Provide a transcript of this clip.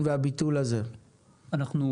זה קודם.